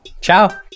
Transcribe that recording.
Ciao